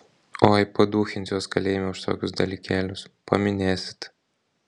oi paduchins juos kalėjime už tokius dalykėlius paminėsit